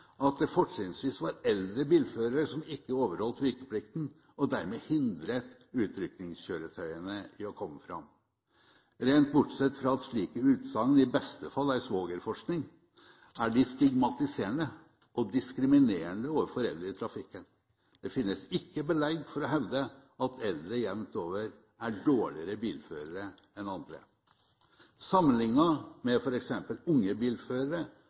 at det fortrinnsvis var eldre bilførere som ikke overholdt vikteplikten, og dermed hindret utrykningskjøretøyene i å komme fram. Rent bortsett fra at slike utsagn i beste fall er svogerforskning, er de stigmatiserende og diskriminerende overfor eldre i trafikken. Det finnes ikke belegg for å hevde at eldre jevnt over er dårligere bilførere enn andre. Sammenlignet med f.eks. unge bilførere